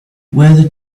whether